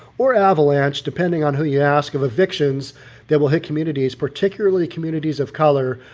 or avalanche, depending on who you ask of evictions that will hit communities, particularly communities of color,